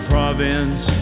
Province